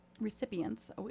recipients